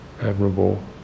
admirable